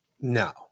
No